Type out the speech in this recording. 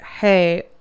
hey